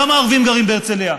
כמה ערבים גרים בהרצליה?